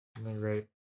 right